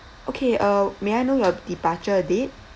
okay uh may I know your departure date